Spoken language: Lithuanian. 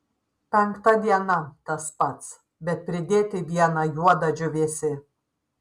penkta diena tas pats bet pridėti vieną juodą džiūvėsį